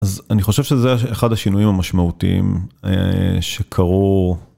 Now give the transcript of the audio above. אז אני חושב שזה אחד השינויים המשמעותיים שקרו.